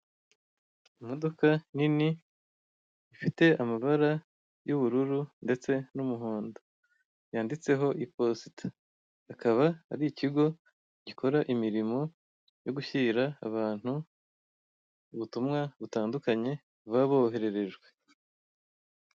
Imodoka nini ifite amabara y'ubururu ndetse n'umuhondo, yanditseho iposita, akaba ari ikigo gikora imirimo yo gushyira abantu ubutumwa butandukanye baba bohererejwe.